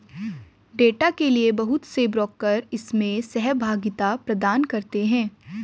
data के लिये बहुत से ब्रोकर इसमें सहभागिता प्रदान करते हैं